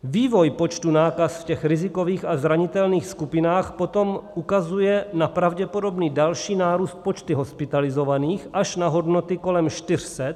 Vývoj počtu nákaz v těch rizikových a zranitelných skupinách potom ukazuje na pravděpodobný další nárůst počtu hospitalizovaných až na hodnoty kolem 400.